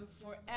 forever